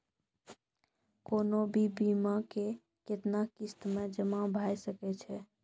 कोनो भी बीमा के कितना किस्त मे जमा भाय सके छै?